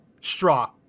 straw